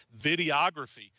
videography